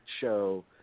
show